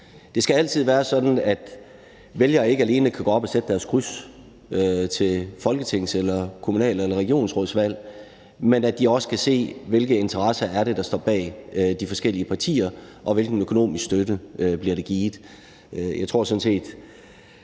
Det skal altid være sådan, at vælgere ikke alene kan gå op og sætte deres kryds til folketings-, kommunal- eller regionsrådsvalg, men at de også kan se, hvilke interesser der står bag de forskellige partier, og hvilken økonomisk støtte der bliver givet.